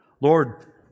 Lord